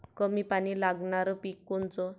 कमी पानी लागनारं पिक कोनचं?